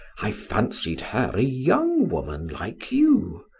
i fancied her a young woman like you.